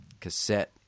cassette